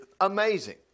Amazing